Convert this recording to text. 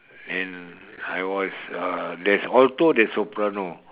and I was uh there's alto there's soprano